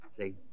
See